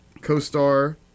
co-star